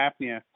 apnea